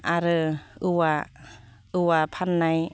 आरो औवा औवा फाननाय